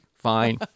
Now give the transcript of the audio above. Fine